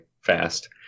fast